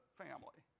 family